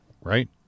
right